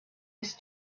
his